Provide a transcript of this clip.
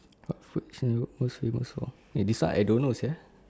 what food is your neighbourhood most famous for eh this one I don't know sia